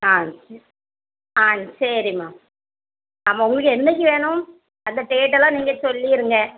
ஆ ஆ சரிம்மா ஆமா உங்களுக்கு என்றைக்கி வேணும் அந்த டேட்டெல்லாம் நீங்கள் சொல்லிடுங்க